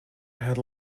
head